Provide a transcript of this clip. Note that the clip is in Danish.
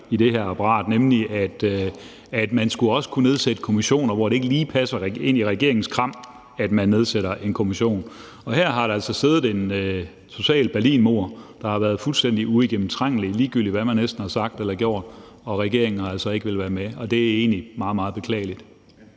i det her apparat, nemlig at man også skulle kunne nedsætte kommissioner, når det ikke lige passer ind i regeringens kram, at man nedsætter en kommission. Her har der altså siddet en social berlinmur, der har været fuldstændig uigennemtrængelig, næsten ligegyldig hvad man har sagt eller gjort, og regeringen har altså ikke villet være med, og det er egentlig meget, meget beklageligt.